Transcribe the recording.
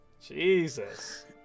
Jesus